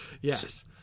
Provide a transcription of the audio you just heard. Yes